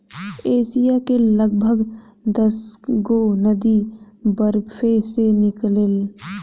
Asia के लगभग दसगो नदी बरफे से निकलेला